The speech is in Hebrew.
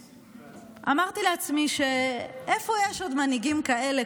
ואמרתי לעצמי: איפה יש עוד מנהיגים כאלה,